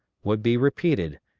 would be repeated,